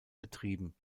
betrieben